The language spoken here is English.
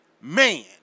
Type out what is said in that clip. man